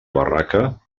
barraca